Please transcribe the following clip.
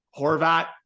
Horvat